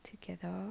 together